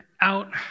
out